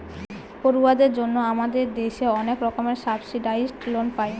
পড়ুয়াদের জন্য আমাদের দেশে অনেক রকমের সাবসিডাইসড লোন পায়